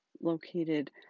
located